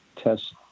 test